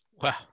wow